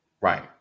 Right